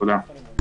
תודה.